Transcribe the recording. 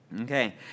Okay